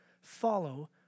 follow